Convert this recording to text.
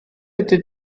ydy